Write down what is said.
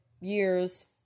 years